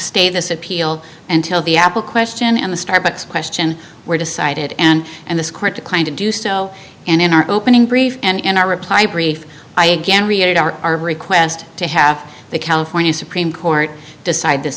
stay this appeal and tell the apple question and the starbucks question were decided and and this court to kind of do so and in our opening brief and our reply brief i again reiterate our request to have the california supreme court decide this